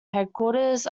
headquarters